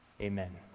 Amen